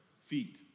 feet